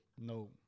No